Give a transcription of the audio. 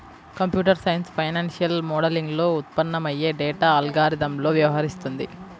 computer science financial మోడలింగ్లో ఉత్పన్నమయ్యే data అల్గారిథమ్లతో వ్యవహరిస్తుంది